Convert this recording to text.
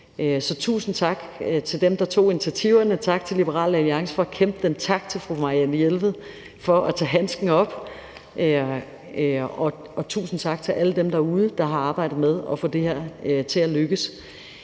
Så tusind tak til dem, der tog initiativerne, tak til Liberal Alliance for at kæmpe for dem, tak til fru Marianne Jelved for at tage handsken op, og tusind tak til alle dem derude, der har arbejdet med at få det her til at lykkes.